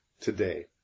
today